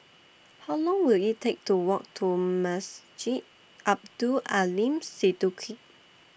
How Long Will IT Take to Walk to Masjid Abdul Aleem Siddique